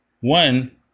One